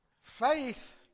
faith